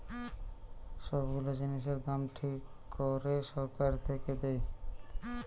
সব গুলা জিনিসের দাম ঠিক করে সরকার থেকে দেয়